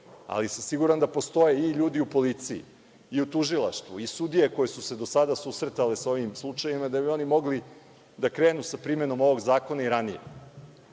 ali sam siguran da postoje i ljudi u policiji i u tužilaštvu i sudije koje su se do sada susretale sa ovim slučajevima, da bi oni mogli da krenu sa primenom ovog zakona i ranije,